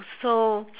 so